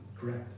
correct